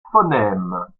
phonèmes